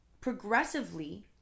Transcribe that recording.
progressively